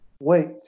wait